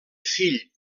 fill